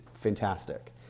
fantastic